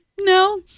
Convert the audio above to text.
no